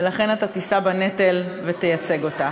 ולכן אתה תישא בנטל ותייצג אותה.